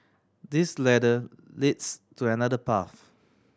this ladder leads to another path